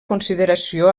consideració